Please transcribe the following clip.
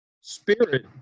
Spirit